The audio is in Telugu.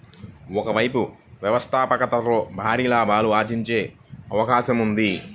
ఒక వైపు వ్యవస్థాపకతలో భారీగా లాభాలు ఆర్జించే అవకాశం ఉంది